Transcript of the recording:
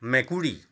মেকুৰী